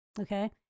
Okay